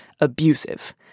abusive